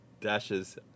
dashes